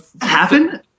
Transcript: Happen